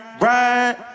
ride